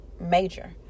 major